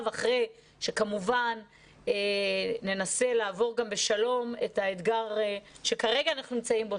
אחרי שננסה לעבור בשלום את האתגר שכרגע אנחנו נמצאים בו,